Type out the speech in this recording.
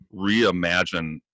reimagine